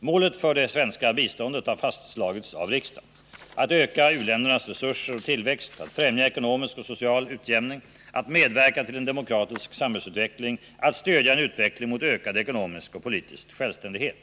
Målen för det svenska biståndet har fastslagits av riksdagen: att öka u-ländernas resurser och tillväxt, att främja ekonomisk och social utjämning, att medverka till en demokratisk samhällsutveckling och, att stödja en utveckling mot ökad ekonomisk och politisk självständighet.